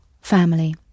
family